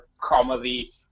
comedy